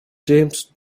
james